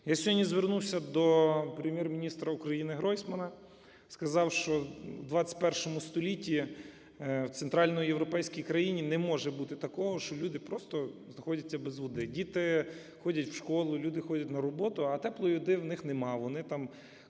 Я сьогодні звернувся до Прем'єр-міністра України Гройсмана. Сказав, що в ХХІ століття в центральній європейській країні не може бути такого, що люди просто знаходяться без води. Діти ходять в школу, люди ходять на роботу, а теплої води у них немає, вони там